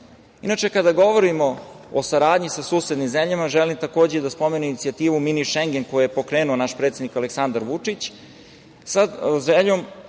borila. Kada govorimo o saradnji sa susednim zemljama, želim, takođe, da spomenem inicijativu „Mini Šengen“ koju je pokrenuo naš predsednik Aleksandar Vučić,